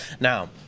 now